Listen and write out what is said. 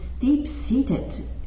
deep-seated